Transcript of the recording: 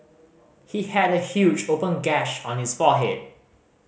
he had a huge open gash on his forehead